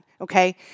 okay